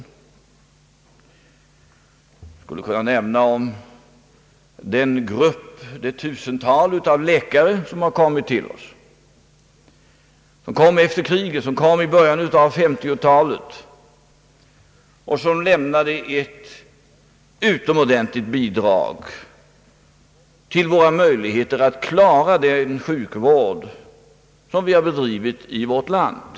Jag skulle kunna nämna det tusental läkare som har kommit till oss efter kriget. De kom i början av 1950 talet och lämnade ett utomordentligt bidrag till våra möjligheter att klara den sjukvård som vi bedriver i vårt land.